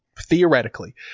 theoretically